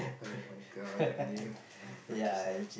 I my uh what the name Fifty-Cent